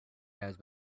nose